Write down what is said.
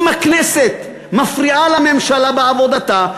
אם הכנסת מפריעה לממשלה בעבודתה,